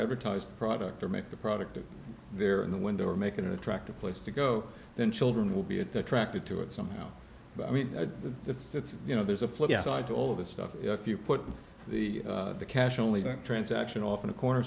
advertise a product or make the product there in the window or make an attractive place to go then children will be attracted to it somehow but i mean it's you know there's a flip side to all of this stuff if you put the cash only got transaction off in a corner